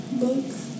books